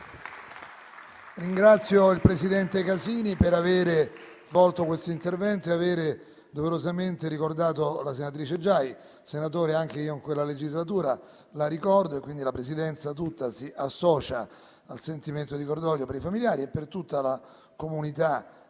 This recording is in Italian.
Ringrazio il presidente Casini per aver svolto questo intervento e per aver doverosamente ricordato la senatrice Giai. Senatore Casini, anche io in quella legislatura la ricordo. La Presidenza tutta si associa quindi al sentimento di cordoglio per i familiari e per tutta la comunità